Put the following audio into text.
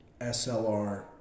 SLR